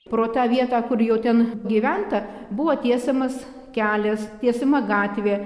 pro tą vietą kur jo ten gyventa buvo tiesiamas kelias tiesiama gatvė